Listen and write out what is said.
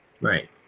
Right